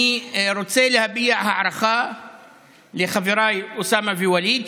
אני רוצה להביע הערכה לחבריי אוסאמה וווליד,